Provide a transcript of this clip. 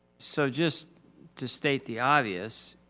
so just to state the obvious,